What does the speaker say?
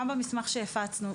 גם במסמך שהפצנו,